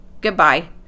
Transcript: goodbye